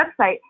website